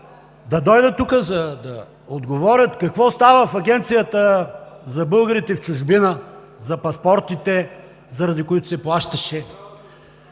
Да дойдат тук, за да отговорят какво става в Агенцията за българите в чужбина, за паспортите, заради които се плащаше